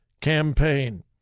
campaign